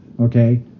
Okay